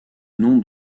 nom